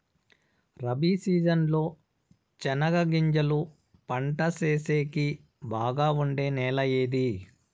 Rabi season లో చెనగగింజలు పంట సేసేకి బాగా ఉండే నెల ఏది?